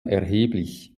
erheblich